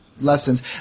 lessons